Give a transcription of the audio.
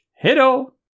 Hello